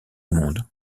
monde